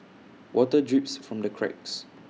water drips from the cracks